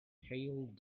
hailed